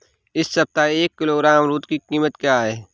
इस सप्ताह एक किलोग्राम अमरूद की कीमत क्या है?